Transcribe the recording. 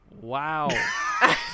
Wow